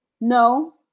No